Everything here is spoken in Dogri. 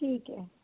ठीक ऐ